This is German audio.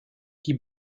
die